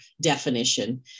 definition